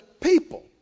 people